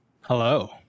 Hello